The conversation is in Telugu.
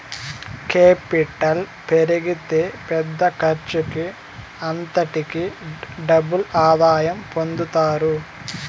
కేపిటల్ పెరిగితే పెద్ద ఖర్చుకి అంతటికీ డబుల్ ఆదాయం పొందుతారు